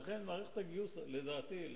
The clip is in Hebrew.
לכן, מערכת הגיוס של המשטרה,